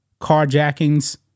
Carjackings